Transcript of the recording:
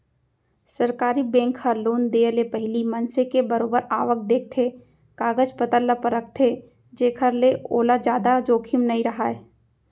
सरकारी बेंक ह लोन देय ले पहिली मनसे के बरोबर आवक देखथे, कागज पतर ल परखथे जेखर ले ओला जादा जोखिम नइ राहय